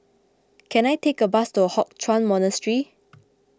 can I take a bus to Hock Chuan Monastery